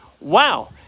wow